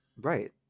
Right